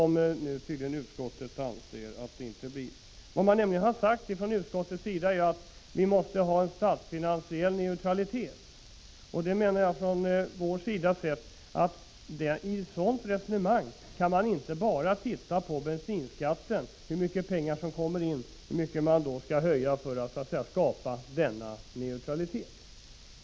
Man har i utskottet sagt att vi måste få statsfinansiell neutralitet. Vi från vår sida menar att man, när man resonerar så, inte bara kan se på bensinskatten och hur mycket man skall höja priset för att skapa denna neutralitet.